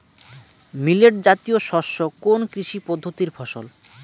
Millet জাতীয় শস্য কোন কৃষি পদ্ধতির ফসল?